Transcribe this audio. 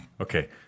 Okay